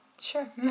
sure